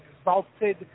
exalted